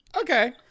Okay